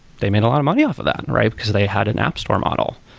they made a lot of money off of that, and right? because they had an app store model.